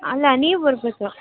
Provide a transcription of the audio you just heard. ಅಲ್ಲ ನೀವು ಬರಬೇಕು